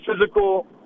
physical